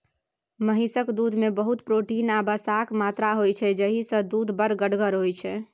महिषक दुधमे बहुत प्रोटीन आ बसाक मात्रा होइ छै जाहिसँ दुध बड़ गढ़गर होइ छै